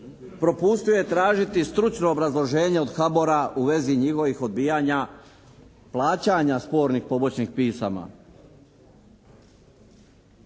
propustio je tražiti stručno obrazloženje od HBOR-a u vezi njihovih odbijanja plaćanja spornih pomoćnih pisama.